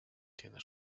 tiene